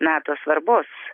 nato svarbos